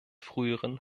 früheren